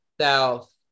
South